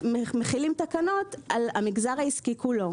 מחילים תקנות על המגזר העסקי כולו.